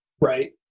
right